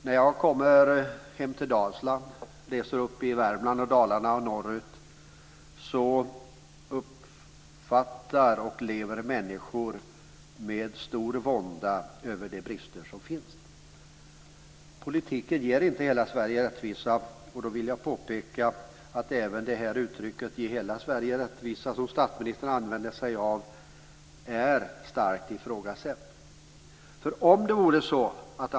När jag hemifrån Dalsland reser norrut upp till Värmland och Dalarna möter jag människor som lever under stor vånda över de brister som finns. Politiken ger inte hela Sverige rättvisa. Jag vill påpeka att uttrycket "ge hela Sverige rättvisa" som statsministern använder är starkt ifrågasatt.